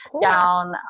down